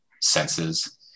senses